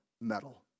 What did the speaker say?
metal